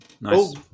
Nice